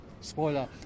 spoiler